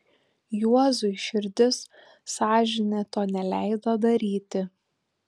juozui širdis sąžinė to neleido daryti